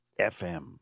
FM